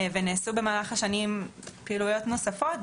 ונעשו במהלך השנים פעילויות נוספות.